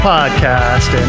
Podcast